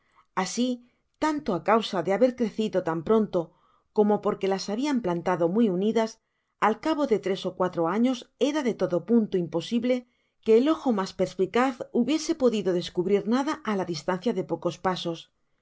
asi tanto á causa de haber crecido tan pronto como porque las habian plantado muy unidas al cabo de tres ó cuatro años era de todo punto imposible que el ojo mas perspicaz hubiese podido descubrir nada á la distancia de pocos pasos en